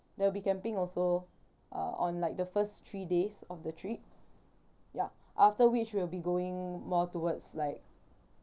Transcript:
there'll be camping also uh on like the first three days of the trip ya after which we'll be going more towards like